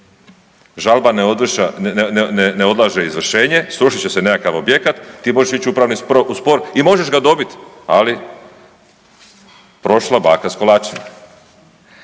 Žalba ne odlaže izvršenje, srušit će se nekakav objekat, ti možeš ići u upravni spor i možeš ga dobit, ali prošla baka s kolačima.